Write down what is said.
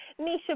Nisha